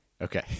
Okay